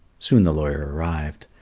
soon the lawyer arrived.